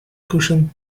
cushion